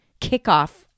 kickoff